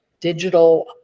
digital